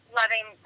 loving